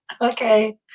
Okay